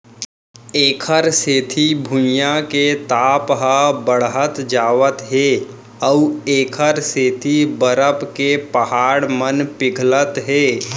एखर सेती भुइयाँ के ताप ह बड़हत जावत हे अउ एखर सेती बरफ के पहाड़ मन पिघलत हे